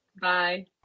Bye